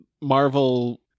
marvel